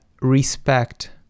respect